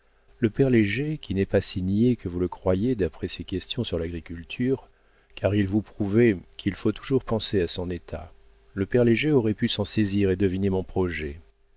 le père léger qui n'est pas si niais que vous le croyez d'après ses questions sur l'agriculture car il vous prouvait qu'il faut toujours penser à son état le père léger aurait pu s'en saisir et deviner mon projet